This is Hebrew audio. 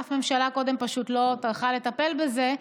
אף ממשלה קודם פשוט לא טרחה לטפל בזה,